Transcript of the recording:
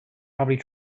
probably